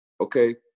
Okay